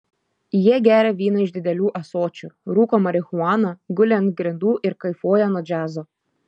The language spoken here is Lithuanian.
jie geria vyną iš didelių ąsočių rūko marihuaną guli ant grindų ir kaifuoja nuo džiazo